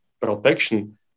protection